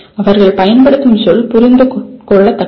அவர்கள் பயன்படுத்தும் சொல் புரிந்துகொள்ளத்தக்கது